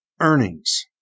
Earnings